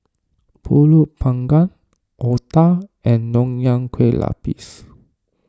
Pulut Panggang Otah and Nonya Kueh Lapis